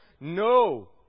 No